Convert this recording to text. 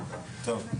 טייב.